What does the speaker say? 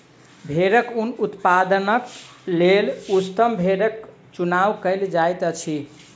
भेड़क ऊन उत्पादनक लेल उच्चतम भेड़क चुनाव कयल जाइत अछि